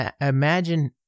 imagine